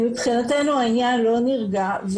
מבחינתנו העניין לא נרגע,